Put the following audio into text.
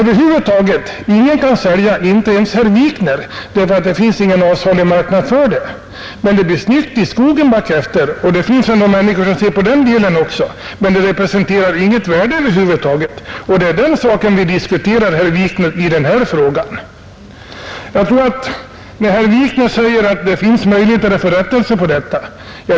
Ingen kan sälja det — inte ens herr Wikner — därför att det inte har någon avsalumarknad. Det blir emellertid snyggt i skogen efter en röjning, och det finns många människor som värdesätter detta, men sådant virke representerar över huvud taget inget värde. Det är den saken, herr Wikner, som vi diskuterar i den här frågan. Herr Wikner säger att det finns möjligheter att få rättelse på detta.